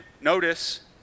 notice